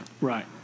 Right